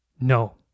no